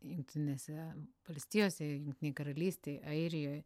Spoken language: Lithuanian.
jungtinėse valstijose jungtinėj karalystėj airijoj